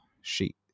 sheet